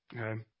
Okay